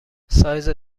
سایز